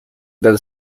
del